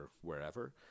wherever